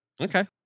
Okay